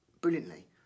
brilliantly